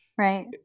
Right